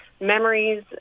memories